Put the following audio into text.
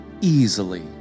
easily